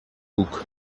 book